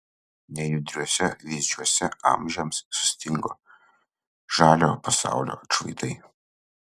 nejudriuose vyzdžiuose amžiams sustingo žalio pasaulio atšvaitai